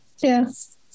yes